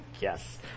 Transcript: yes